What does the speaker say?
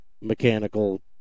mechanical